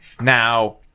Now